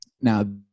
Now